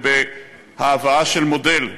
ובהבאה של מודל: